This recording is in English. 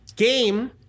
Game